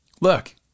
look